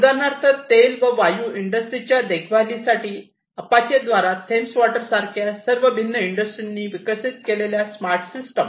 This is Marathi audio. उदाहरणार्थ तेल व वायू इंडस्ट्रीच्या देखभालीसाठी अपाचेद्वारे थेम्स वॉटर सारख्या सर्व भिन्न इंडस्ट्रीनी विकसित केलेल्या स्मार्ट सिस्टम